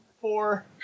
Four